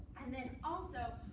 and then, also,